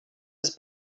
his